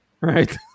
right